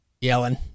yelling